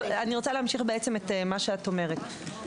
להמשיך את מה שאת אומרת.